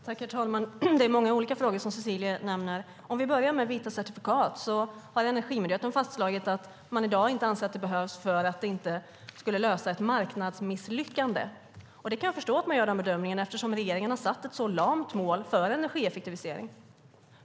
Herr talman! Det är många olika frågor som Cecilie nämner. Låt oss börja med vita certifikat. Energimyndigheten har fastslagit att man i dag inte anser att de behövs därför att de inte skulle rätta till ett marknadsmisslyckande. Jag kan förstå att man gör den bedömningen eftersom regeringen har satt ett så lamt mål för energieffektivisering.